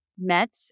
met